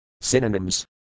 Synonyms